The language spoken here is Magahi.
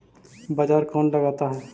बाजार कौन लगाता है?